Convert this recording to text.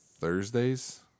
Thursdays